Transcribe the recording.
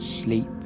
Sleep